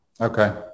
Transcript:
Okay